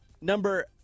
number